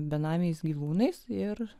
benamiais gyvūnais ir